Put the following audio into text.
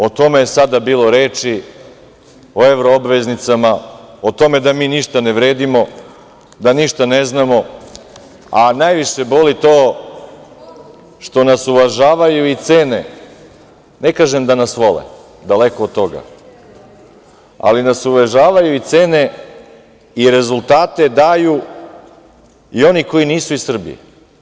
O tome je sada bilo reči, o evro obveznicama, o tome da mi ništa ne vredimo, da ništa ne znamo, a najviše boli to što nas uvažavaju i cene, ne kažem da nas vole, daleko od toga, ali nas uvažavaju i cene i rezultate daju i oni koji nisu iz Srbije.